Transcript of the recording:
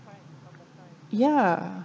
ya